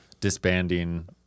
disbanding